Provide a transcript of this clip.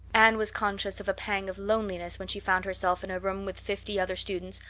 anne was conscious of a pang of loneliness when she found herself in a room with fifty other students,